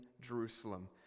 Jerusalem